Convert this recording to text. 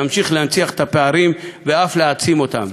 נמשיך להנציח את הפערים ואף להעצים אותם,